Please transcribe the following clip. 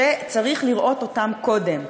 שצריך לראות אותם קודם,